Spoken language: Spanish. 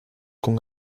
con